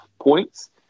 points